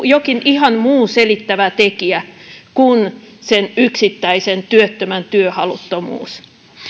jokin ihan muu selittävä tekijä kuin sen yksittäisen työttömän työhaluttomuus